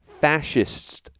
fascists